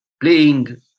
playing